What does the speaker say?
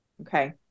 okay